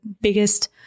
biggest